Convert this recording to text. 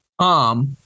Tom